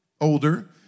older